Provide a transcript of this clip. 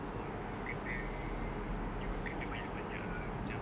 you kena you will kena banyak banyak ah